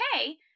okay